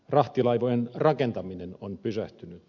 rahtilaivojen rakentaminen on pysähtynyt